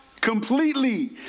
completely